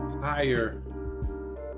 higher